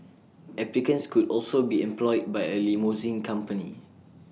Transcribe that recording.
applicants could also be employed by A limousine company